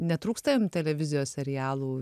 netrūksta jum televizijos serialų